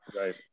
right